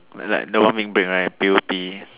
like like the one week break right P_O_P